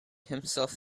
himself